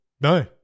no